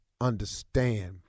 understand